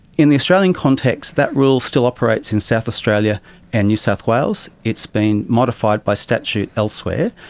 in the australian context, that rule still operates in south australia and new south wales. it's been modified by statute elsewhere.